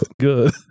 Good